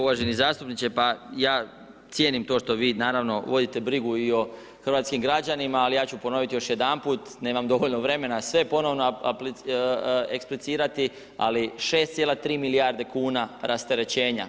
Uvaženi zastupniče, pa ja cijenim to što vi naravno vodite brigu i o hrvatskim građanima, ali ja ću ponoviti još jedanput, nemam dovoljno vremena sve ponovno eksplicirati, ali 6,3 milijarde kuna rasterećenja.